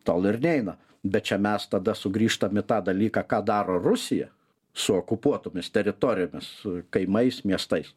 tol ir neina bet čia mes tada sugrįžtam į tą dalyką ką daro rusija su okupuotomis teritorijomis kaimais miestais